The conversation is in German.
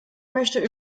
möchte